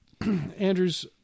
Andrew's